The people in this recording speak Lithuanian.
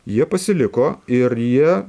jie pasiliko ir jie